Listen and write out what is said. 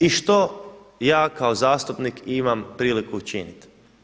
I što ja kao zastupnik imam priliku učiniti?